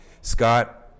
Scott